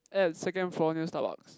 at second floor near Starbucks